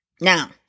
Now